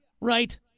Right